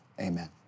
amen